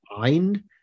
mind